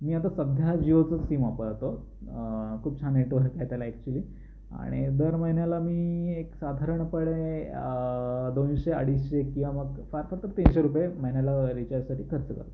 मी आता सध्या जिओचं सिम वापरतो खूप छान नेटवर्क आहे त्याला ॲक्चुली आणि दर महिन्याला मी एक साधारणपणे दोनशे अडीचशे किंवा मग फार फार तर तीनशे रुपये महिन्याला रिचार्जसाठी खर्च करतो